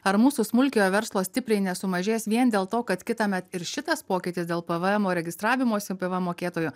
ar mūsų smulkiojo verslo stipriai nesumažės vien dėl to kad kitąmet ir šitas pokytis dėl pvmo registravimosi pvm mokėtojo